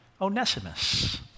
Onesimus